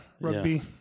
rugby